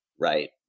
right